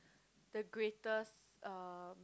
the greatest um